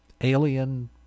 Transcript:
alien